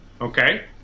okay